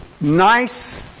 nice